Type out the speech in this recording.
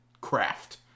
craft